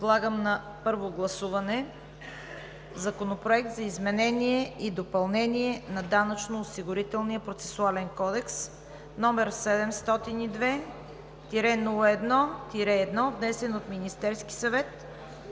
Подлагам на първо гласуване Законопроект за изменение и допълнение на Данъчно-осигурителния процесуален кодекс № 702-01-1, внесен от Министерския съвет